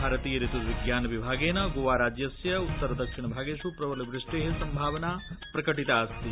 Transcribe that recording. भारतीय ऋतुविज्ञान विभागेन गोवा राज्यस्य उत्तर दक्षिण भागेष् प्रबल वृष्टे सम्भावना प्रकटिताऽस्ति